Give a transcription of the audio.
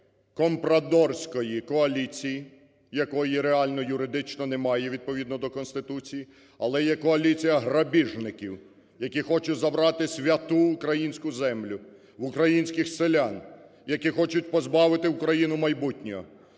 компрадорської коаліції, якої реально юридично немає відповідно до Конституції, але є коаліція грабіжників, які хочуть забрати святу українську землю в українських селян, які хочуть позбавити Україну майбутнього.